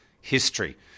history